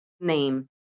name